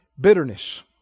Bitterness